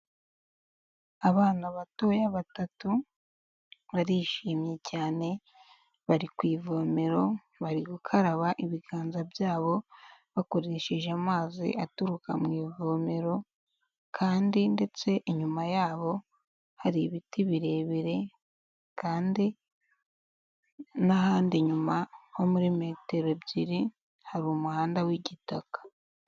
Abana batoya batatu barishimye cyane bari ku ivomero bari gukaraba ibiganza byabo bakoresheje amazi aturuka mu ivomero kandi ndetse inyuma yabo hari ibiti birebire kandi n'ahandi inyuma nko muri metero ebyiri hari umuhanda w'igitaka.